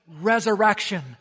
resurrection